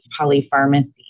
polypharmacy